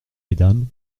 mesdames